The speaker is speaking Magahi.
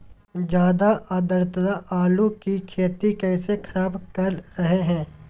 ज्यादा आद्रता आलू की खेती कैसे खराब कर रहे हैं?